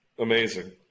Amazing